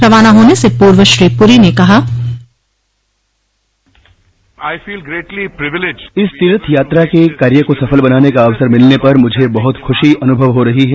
रवाना होने से पूर्व श्री पुरी ने कहा इस तीर्थ यात्रा के कार्य को सफल बनाने का अवसर मिलने पर मुझे बहुत खुशी अनुभव हो रही है